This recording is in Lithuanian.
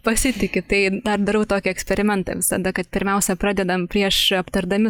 pasitiki tai tą darau tokį eksperimentą visada kad pirmiausia pradedam prieš aptardami